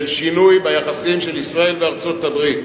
של שינוי ביחסים של ישראל וארצות-הברית,